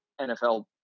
nfl